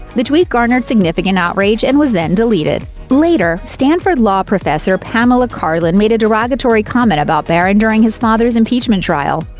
the tweet garnered significant outrage, and was then deleted. later, stanford law professor pamela karlan made a derogatory comment about barron during his father's impeachment trial.